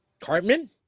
Cartman